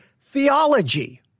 theology